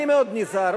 אני מאוד נזהר,